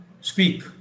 speak